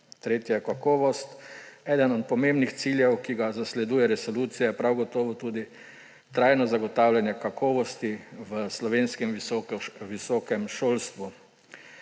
Tretja je kakovost. Eden od pomembnih ciljev, ki jih zasleduje resolucija, je prav gotovo tudi trajno zagotavljanje kakovosti v slovenskem visokem šolstvu.